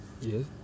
Yes